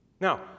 Now